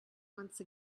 once